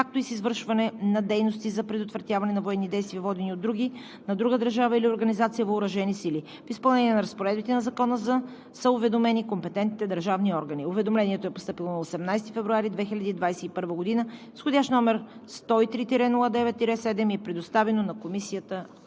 както и с извършване на дейности за предотвратяване на военни действия, водени от други (на друга държава или организация) въоръжени сили. В изпълнение на разпоредбите на Закона са уведомени компетентните държавни органи. Уведомлението е постъпило на 18 февруари 2021 г. с вх. № 103-09-7 и е предоставено на Комисията по отбрана.